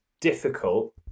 difficult